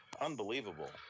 Unbelievable